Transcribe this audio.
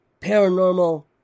paranormal